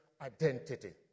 identity